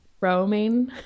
Roaming